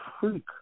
freak